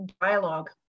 dialogue